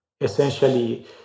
essentially